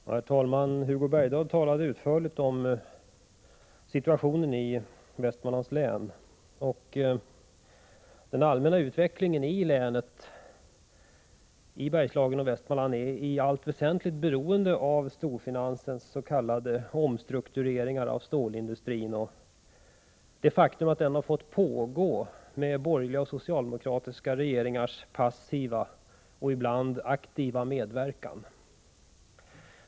Herr talman! Hugo Bergdahl talade utförligt om situationen i Västmanlands län. Den allmänna utvecklingen i Bergslagen och i Västmanland är i allt väsentligt beroende av storfinansens s.k. omstruktureringar av stålindustrin. Dessa har fått pågå med borgerliga och socialdemokratiska regeringars passiva, och ibland aktiva, medverkan.